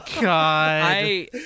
God